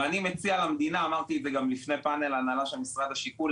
ואני מציע למדינה אמרתי את זה גם לפני פאנל ההנהלה של משרד השיכון,